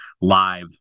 live